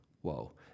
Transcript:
whoa